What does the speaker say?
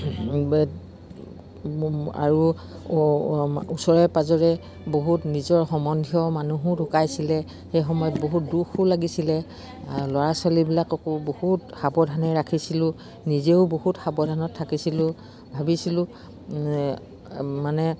আৰু ও ওচৰে পাঁজৰে বহুত নিজৰ সম্বন্ধীয় মানুহো ঢুকাইছিলে সেই সময়ত বহুত দুখো লাগিছিলে আৰু ল'ৰা ছোৱালীবিলাককো বহুত সাৱধানে ৰাখিছিলোঁ নিজেও বহুত সাৱধানত থাকিছিলোঁ ভাবিছিলোঁ মানে